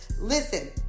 listen